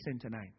tonight